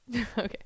okay